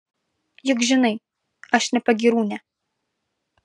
juk žinai aš ne pagyrūnė